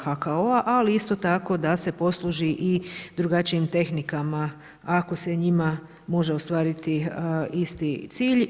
HKO-a, ali isto tako da se posluži i drugačijim tehnikama ako se njima može ostvariti isti cilj.